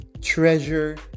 treasure